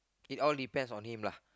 it all depends on him lah